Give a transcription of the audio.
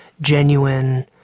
genuine